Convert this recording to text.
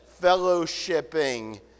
fellowshipping